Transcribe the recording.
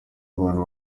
abantu